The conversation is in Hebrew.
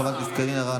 חברת הכנסת קארין אלהרר,